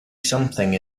something